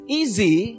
easy